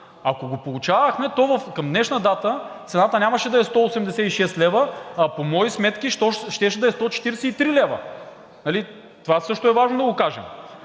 Ако го получавахме, то към днешна дата цената нямаше да е 186 лв., а по мои сметки щеше да е 143 лв. Това също е важно да го кажем.